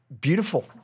Beautiful